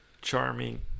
charming